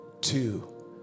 two